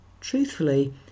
truthfully